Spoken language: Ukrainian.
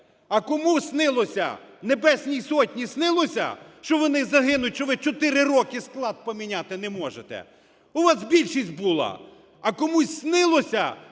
Сотні снилося, що вони загинуть, що ви 4 роки склад поміняти не можете? У вас більшість була! А комусь снилося,